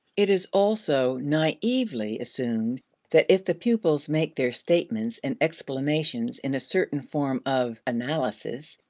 it is also naively assumed that if the pupils make their statements and explanations in a certain form of analysis,